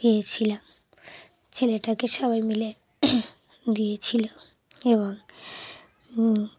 দিয়েছিলাম ছেলেটাকে সবাই মিলে দিয়েছিলো এবং